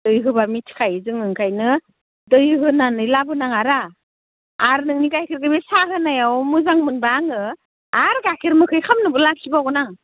दै होब्ला मिथिखायो जों ओंखायनो दै होनानै लाबोनाङारा आरो नोंनि गाइखेरखो साहा होनायाव मोजां मोनब्ला आङो आरो गाइखेर मोखै खालामनोबो लाखिबावगोन आं